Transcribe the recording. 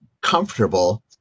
comfortable